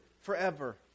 forever